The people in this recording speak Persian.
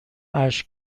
اشک